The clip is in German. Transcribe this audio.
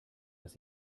dass